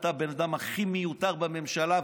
אתה הבן אדם הכי מיותר בממשלה,